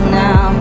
now